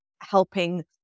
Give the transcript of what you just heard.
helping